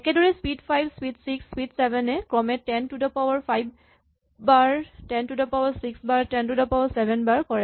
একেদৰেই speed five speed six speed seven এ ক্ৰমে ten to the power five বাৰ ten to the power six বাৰ ten to the power seven বাৰ কৰে